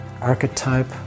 archetype